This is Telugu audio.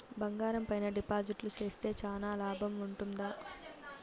బంగారం పైన డిపాజిట్లు సేస్తే చానా లాభం ఉంటుందా?